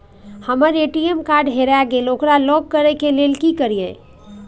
हमर ATM card हेरा गेल ओकरा लॉक करै के लेल की करियै?